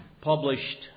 published